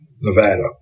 Nevada